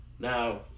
now